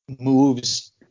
moves